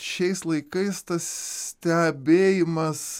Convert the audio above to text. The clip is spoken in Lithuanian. šiais laikais tas stebėjimas